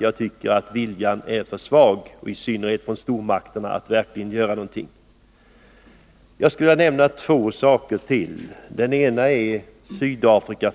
jag tycker att viljan är för svag — i synnerhet hos stormakterna — att verkligen göra någonting. Jag skulle vilja nämna två saker till. Den ena är förhållandena i Sydafrika.